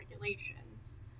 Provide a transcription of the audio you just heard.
regulations